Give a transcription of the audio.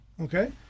Okay